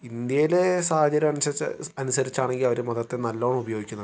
ഇന്ത്യയിലെ സാഹചര്യമനുസരിച്ച് അനുസരിച്ചാണെങ്കിൽ അവർ മതത്തെ നല്ലവണ്ണം ഉപയോഗിക്കുന്നുണ്ട്